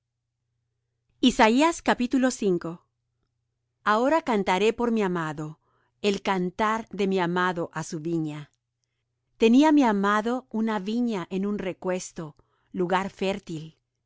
aguacero ahora cantaré por mi amado el cantar de mi amado á su viña tenía mi amado una viña en un recuesto lugar fértil